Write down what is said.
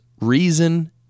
reason